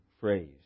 phrase